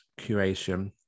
curation